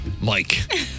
Mike